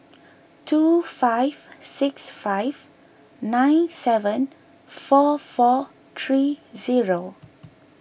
two five six five nine seven four four three zero